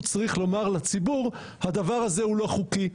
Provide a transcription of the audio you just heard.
צריך לומר לציבור: הדבר הזה הוא לא חוקי.